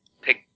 pick